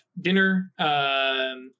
dinner